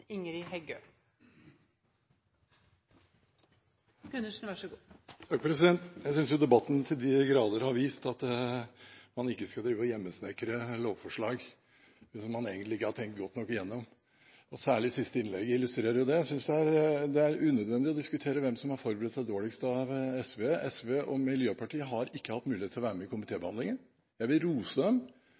hjemmesnekre lovforslag som man egentlig ikke har tenkt godt nok igjennom. Særlig det siste innlegget illustrerer jo det. Jeg synes det er unødvendig å diskutere hvem som har forberedt seg dårligst. SV og Miljøpartiet De Grønne har ikke hatt mulighet til å være med i komitébehandlingen. Jeg vil rose dem